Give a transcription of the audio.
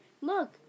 look